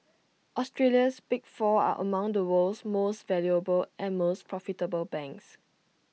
Australia's big four are among the world's most valuable and most profitable banks